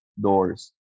doors